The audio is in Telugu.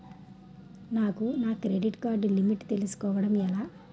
నాకు నా క్రెడిట్ కార్డ్ లిమిట్ తెలుసుకోవడం ఎలా?